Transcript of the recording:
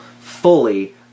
fully